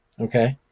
okay.